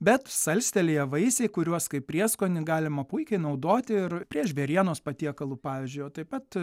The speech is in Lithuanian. bet salstelėję vaisiai kuriuos kaip prieskonį galima puikiai naudoti ir prie žvėrienos patiekalų pavyzdžiui o taip pat